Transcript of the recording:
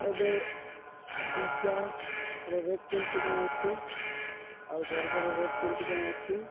ଏବେ ପିଜ୍ଜାର ରେଟ୍ କେମିତି କ'ଣ ଅଛି ଆଉ ବର୍ଗର୍ର ରେଟ୍ କେମିତି କ'ଣ ଅଛି